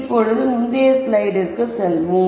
இப்பொழுது முந்தைய ஸ்லைடிற்குச் செல்வோம்